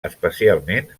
especialment